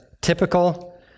typical